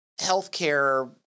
healthcare